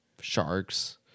sharks